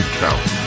count